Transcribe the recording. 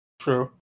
True